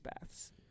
baths